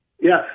Yes